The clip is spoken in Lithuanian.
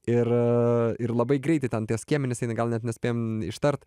ir ir labai greitai ten tie skiemenys gal net nespėjam ištart